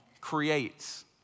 creates